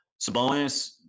sabonis